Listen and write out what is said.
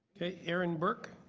aaron burke.